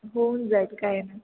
होऊन जाईल काही नाही